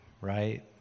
right